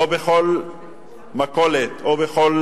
או בכל מכולת, או בכל